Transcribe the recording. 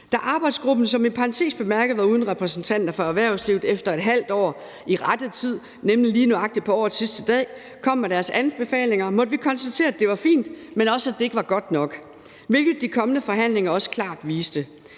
Da arbejdsgruppen, som i parentes bemærket var uden repræsentanter for erhvervslivet, efter et halvt år i rette tid, nemlig lige nøjagtig på årets sidste dag, kom med deres anbefalinger, måtte vi konstatere, at det var fint, men også, at det ikke var godt nok, hvilket de følgende forhandlinger også klart viste.